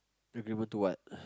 be able to what